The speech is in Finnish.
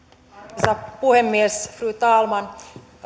arvoisa puhemies fru talman